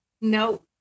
no